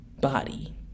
body